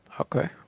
Okay